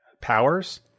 powers